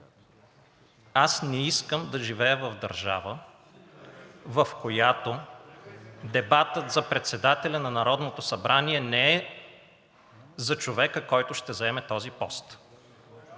Аз не искам да живея в държава, в която дебатът за председателя на Народното събрание не е за човека, който ще заеме този пост.